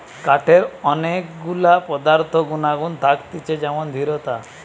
কাঠের অনেক গুলা পদার্থ গুনাগুন থাকতিছে যেমন দৃঢ়তা